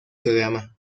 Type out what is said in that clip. programa